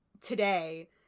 today